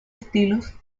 estilos